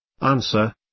Answer